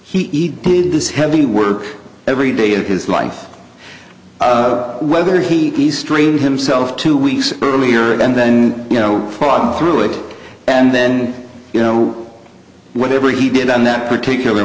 he did this heavy work every day of his life whether he strained himself two weeks earlier and then you know fought through it and then you know whatever he did on that particular